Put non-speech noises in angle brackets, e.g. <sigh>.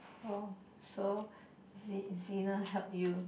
oh so <noise> Jinna help you